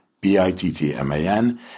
B-I-T-T-M-A-N